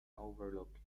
overlooked